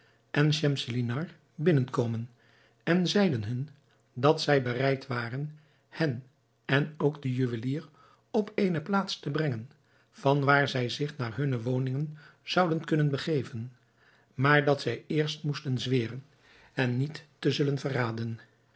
en schemselnihar binnen komen en zeiden hun dat zij bereid waren hen en ook den juwelier op eene plaats te brengen van waar zij zich naar hunne woningen zouden kunnen begeven maar dat zij eerst moesten zweren hen niet te zullen verraden